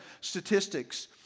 statistics